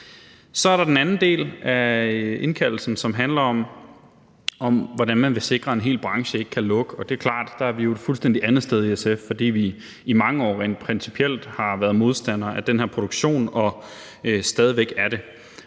Så er der den anden del af forespørgslen, som handler om, hvordan man vil sikre, at en hel branche ikke lukker. Der er det klart, at vi i SF er et fuldstændig andet sted, fordi vi i mange år rent principielt har været modstandere af den produktion og stadig væk er det.